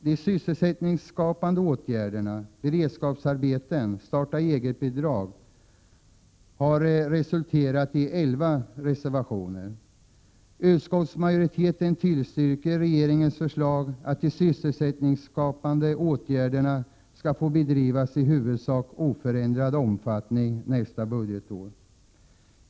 De sysselsättningsskapande åtgärderna, beredskapsarbeten och starta-eget-bidraget har resulterat i elva reservationer. Utskottsmajoriteten tillstyrker regeringens förslag att de sysselsättningsskapande åtgärderna skall få bedrivas huvudsakligen i oförändrad omfattning nästa budgetår.